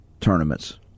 tournaments